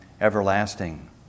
everlasting